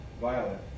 violet